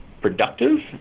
productive